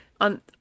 on